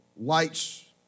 lights